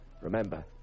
Remember